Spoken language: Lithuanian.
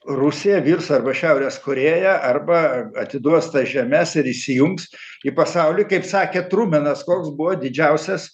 rusija virs arba šiaurės korėja arba atiduos tas žemes ir įsijungs į pasaulį kaip sakė trumenas koks buvo didžiausias